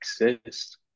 exist